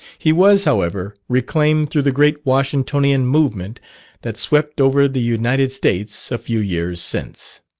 he was, however, reclaimed through the great washingtonian movement that swept over the united states a few years since.